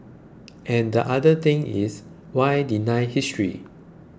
and the other thing is why deny history